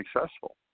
successful